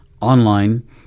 online